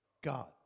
God